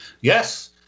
yes